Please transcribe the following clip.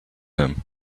him